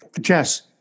Jess